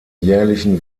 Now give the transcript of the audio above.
jährlichen